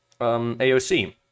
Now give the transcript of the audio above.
aoc